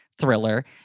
thriller